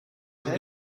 would